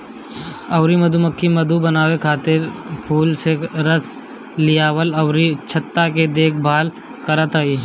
अउरी मधुमक्खी मधु बनावे खातिर फूल से रस लियावल अउरी छत्ता के देखभाल करत हई